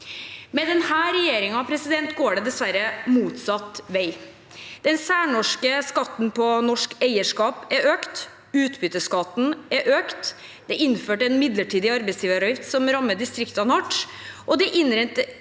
Med denne regjeringen går det dessverre motsatt vei. Den særnorske skatten på norsk eierskap er økt, utbytteskatten er økt, det er innført en midlertidig arbeidsgiveravgift som rammer distriktene hardt, og det er